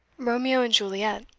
romeo and juliet.